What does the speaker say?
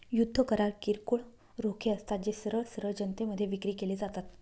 युद्ध करार किरकोळ रोखे असतात, जे सरळ सरळ जनतेमध्ये विक्री केले जातात